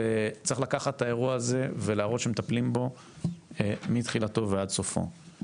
צריך לקחת את האירוע הזה ולהראות שמטפלים בו מתחילתו ועד סופו.